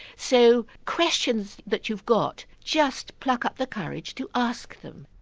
so questions that you've got, just pluck up the courage to ask them.